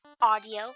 audio